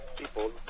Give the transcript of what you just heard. people